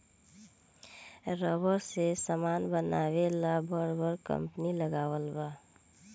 rubber से समान बनावे ला बर बर कंपनी लगावल बा